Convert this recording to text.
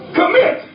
commit